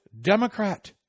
Democrat